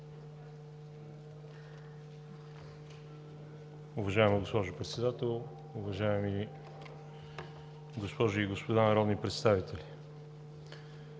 Уважаеми господин Председател, уважаеми госпожи и господа народни представители!